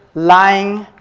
lying,